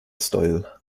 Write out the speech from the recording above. style